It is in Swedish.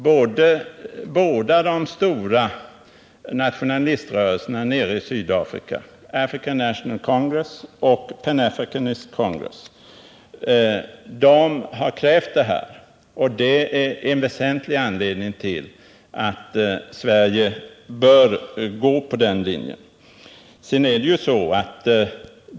Båda de stora nationaliströrelserna i Sydafrika, African National Congress och Panafricanist Congress, har krävt att Sydafrika skall isoleras, och det är en väsentlig anledning till att Sverige bör gå på den linjen.